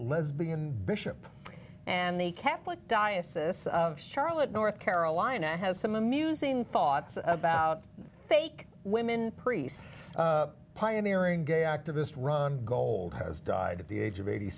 lesbian bishop and the catholic diocese of charlotte north carolina has some amusing thoughts about fake women priests pioneering gay activist ron gold has died at the age of eighty